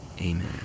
amen